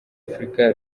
afurika